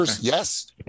yes